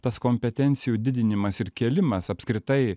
tas kompetencijų didinimas ir kėlimas apskritai